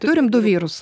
turim du vyrus